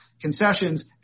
concessions